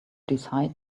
decide